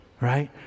right